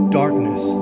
darkness